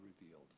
revealed